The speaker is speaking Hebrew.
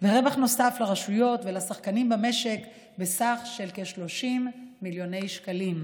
ורווח נוסף לרשויות ולשחקנים במשק בסכום של כ-30 מיליוני שקלים.